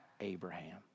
Abraham